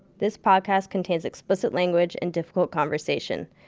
this podcast contains explicit language and difficult conversation.